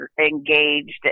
engaged